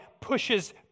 pushes